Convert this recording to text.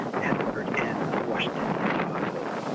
headquartered in a washington, dc office.